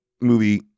movie